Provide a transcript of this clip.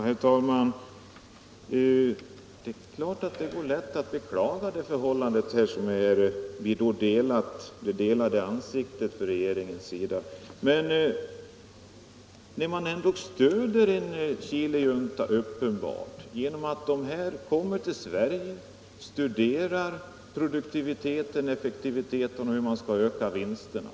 Herr talman! Det är lätt att beklaga det förhållande som lett till att regeringen här visar två olika ansikten. Men det är väl ändå uppenbart att man ger ett stöd åt Chilejuntan genom att låta dessa personer komma till Sverige och studera produktiviteten och effektiviteten och lära sig hur de skall öka vinsterna.